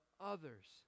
others